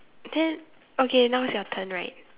then okay now's your turn right